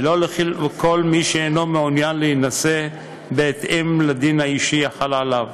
ולא לכל מי שאינו מעוניין להינשא בהתאם לדין האישי החל עליו.